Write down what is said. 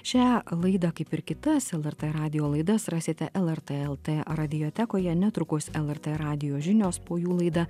šią laidą kaip ir kitas lrt radijo laidas rasite lrt lt radiotekoje netrukus lrt radijo žinios po jų laida